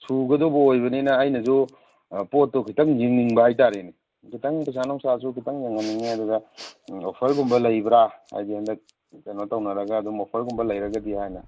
ꯁꯨꯒꯗꯕ ꯑꯣꯏꯕꯅꯤꯅ ꯑꯩꯅꯖꯨ ꯄꯣꯠꯇꯣ ꯈꯤꯇꯪ ꯌꯦꯡꯅꯤꯡꯕ ꯍꯥꯏꯇꯥꯔꯦꯅꯦ ꯈꯤꯇꯪ ꯄꯩꯁꯥ ꯅꯨꯡꯁꯥꯁꯨ ꯈꯤꯇꯪ ꯌꯦꯡꯍꯟꯅꯤꯡꯉꯦ ꯑꯗꯨꯒ ꯑꯣꯐꯔꯒꯨꯝꯕ ꯂꯩꯕ꯭ꯔꯥ ꯍꯥꯏꯗꯤ ꯍꯟꯗꯛ ꯀꯩꯅꯣ ꯇꯧꯅꯔꯒ ꯑꯗꯨꯝ ꯑꯣꯐꯔꯒꯨꯝꯕ ꯂꯩꯔꯒꯗꯤ ꯍꯥꯏꯅ